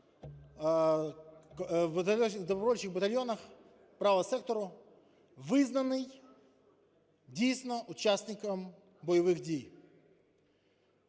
в добровольчих батальйонах "Правого сектору", визнаний дійсно учасником бойових дій.